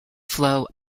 flow